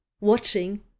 watching